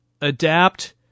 adapt